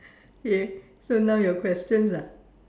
okay so now your questions ah